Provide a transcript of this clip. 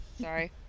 Sorry